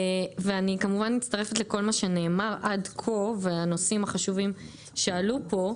ואני כמובן מצטרפת לכל מה שנאמר עד כה והנושאים החשובים שעלו פה.